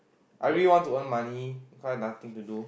I really want to earn money cause I nothing to do